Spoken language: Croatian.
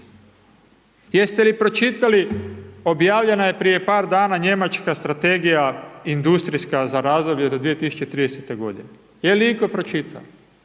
Jeste li pročitali objavljena je prije dana njemačka strategija industrijska za razdoblje do 2030. godine, je li itko pročitao,